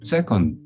Second